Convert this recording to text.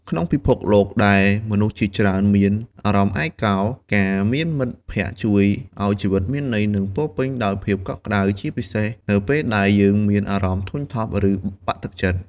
ក្នុងពិភពលោកដែលមនុស្សជាច្រើនមានអារម្មណ៍ឯកោ ការមានមិត្តភក្តិអាចជួយឱ្យជីវិតមានន័យ និងពោរពេញដោយភាពកក់ក្តៅ ជាពិសេសនៅពេលដែលយើងមានអារម្មណ៍ធុញថប់ ឬបាក់ទឹកចិត្ត។